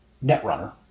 Netrunner